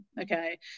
okay